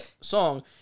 song